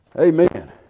Amen